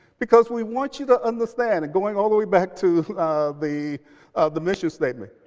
because we want you to understand. and going all the way back to the the mission statement,